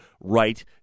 right